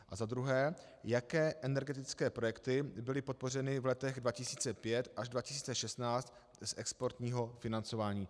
A za druhé, jaké energetické projekty byly podpořeny v letech 2005 až 2016 z exportního financování.